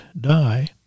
die